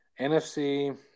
NFC –